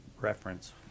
reference